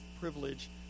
privilege